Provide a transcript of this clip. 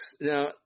now